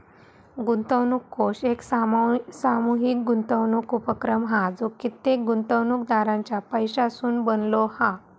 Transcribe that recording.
गुंतवणूक कोष एक सामूहीक गुंतवणूक उपक्रम हा जो कित्येक गुंतवणूकदारांच्या पैशासून बनलो हा